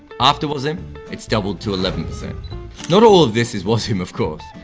after wasim, it's doubled to eleven. not all of this is wasim of course,